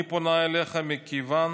אני פונה אליך מכיוון